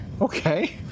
Okay